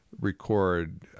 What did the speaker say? record